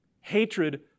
Hatred